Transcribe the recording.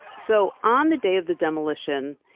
so on the day of the demolition,